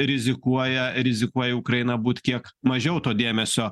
rizikuoja rizikuoja ukrainai būt kiek mažiau to dėmesio